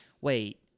wait